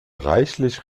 reichlich